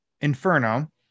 Inferno